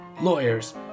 lawyers